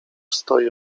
stoi